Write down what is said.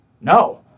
No